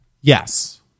Yes